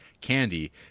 Candy